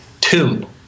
two